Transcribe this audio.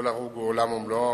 כל הרוג הוא עולם ומלואו,